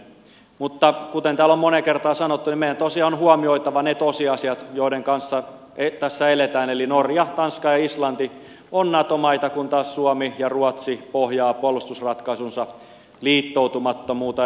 mutta kuten täällä on moneen kertaan sanottu niin meidän tosiaan on huomioitava ne tosiasiat joiden kanssa tässä eletään eli norja tanska ja islanti ovat nato maita kun taas suomi ja ruotsi pohjaavat puolustusratkaisunsa liittoutumattomuuteen